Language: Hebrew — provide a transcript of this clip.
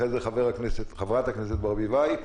ואחרי זה חברת הכנסת ברביבאי,